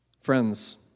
Friends